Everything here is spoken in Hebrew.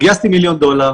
גייסתי מיליון דולר